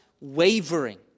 wavering